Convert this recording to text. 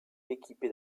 équipé